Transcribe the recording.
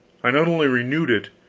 i not only renewed it,